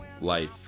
life